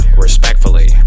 Respectfully